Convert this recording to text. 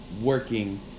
working